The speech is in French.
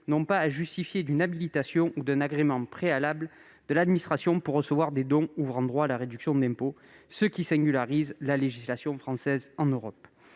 n'ont pas à justifier d'une habilitation ou d'un agrément préalable de l'administration pour recevoir des dons ouvrant droit à la réduction d'impôt, ce qui singularise la législation française en Europe.